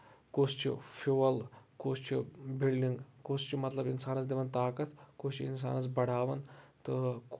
کُس چھُ فیول کُس چھُ بیلڈنٛگ کُس چھُ مطلب اِنسانَس دِوان طاقت کُس چھُ اِنسانس بڑاوان تہٕ